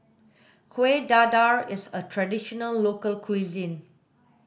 kuih dadar is a traditional local cuisine